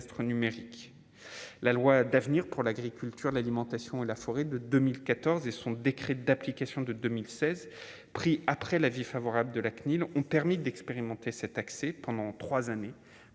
la loi d'avenir pour l'agriculture, de l'alimentation et la forêt de 2014 et son décret d'application de 2016 prix après l'avis favorable de la CNIL, on termine d'expérimenter cette accès pendant 3 années